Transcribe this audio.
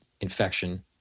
infection